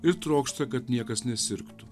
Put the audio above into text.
ir trokšta kad niekas nesirgtų